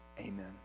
Amen